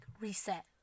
reset